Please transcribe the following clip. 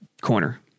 corner